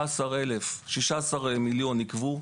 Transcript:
16 מיליון ש"ח ניגבו,